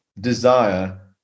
desire